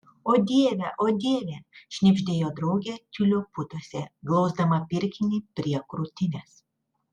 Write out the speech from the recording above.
o dieve o dieve šnibždėjo draugė tiulio putose glausdama pirkinį prie krūtinės